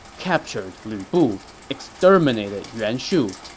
captured lu bu, exterminated yuan shu,